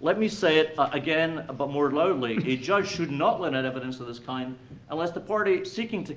let me say it again, but more loudly. a judge should not let in and evidence of this kind unless the party seeking to